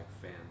fans